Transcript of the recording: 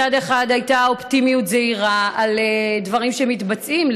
מצד אחד הייתה אופטימיות זהירה על דברים שמתבצעים,